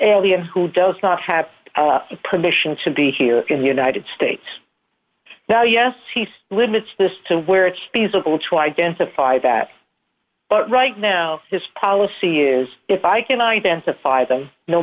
and who does not have permission to be here in the united states now yes he limits this to where it's feasible to identify that but right now his policy is if i can identify them no